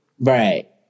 Right